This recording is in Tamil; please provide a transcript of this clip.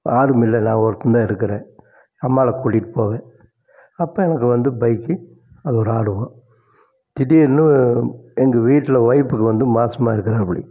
ஆருமில்லை நான் ஒருத்தன் தான் இருக்குறேன் அம்மாலை கூட்டிகிட்டு போவ அப்போ எனக்கு வந்து பைக்கு அது ஒரு ஆர்வோம் திடீர்ன்னு எங்கள் வீட்டில் வைஃப்க்கு வந்து மாதமா இருக்கிறாப்புடி